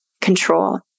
control